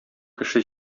кеше